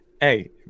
hey